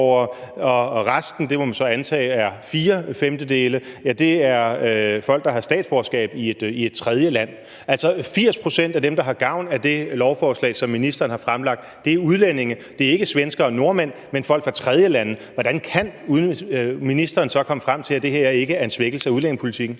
og resten, som man så må antage er fire femtedele, er folk, der har statsborgerskab i et tredjeland. Altså, 80 pct. af dem, der har gavn af det lovforslag, som ministeren har fremsat, er udlændinge. Det er ikke svenskere og nordmænd, men folk fra tredjelande. Hvordan kan ministeren så komme frem til, at det her ikke er en svækkelse af udlændingepolitikken?